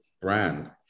brand